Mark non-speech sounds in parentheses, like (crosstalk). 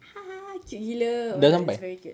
(laughs) cute gila oh my god it's very cute